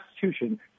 Constitution